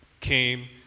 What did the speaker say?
came